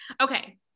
Okay